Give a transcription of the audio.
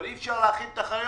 אבל אי אפשר להאכיל את החיות.